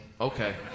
Okay